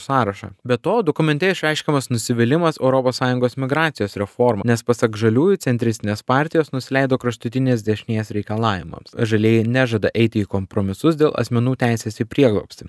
sąrašą be to dokumente išreiškiamas nusivylimas europos sąjungos migracijos reforma nes pasak žaliųjų centristinės partijos nusileido kraštutinės dešinės reikalavimams žalieji nežada eiti į kompromisus dėl asmenų teisės į prieglobstį